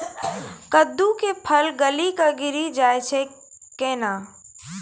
कददु के फल गली कऽ गिरी जाय छै कैने?